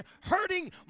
hurting